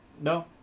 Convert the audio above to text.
No